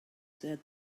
said